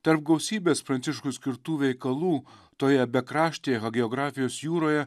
tarp gausybės pranciškui skirtų veikalų toje bekraštėje hagiografijos jūroje